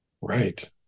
right